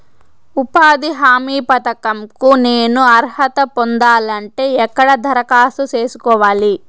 ఉపాధి హామీ పథకం కు నేను అర్హత పొందాలంటే ఎక్కడ దరఖాస్తు సేసుకోవాలి?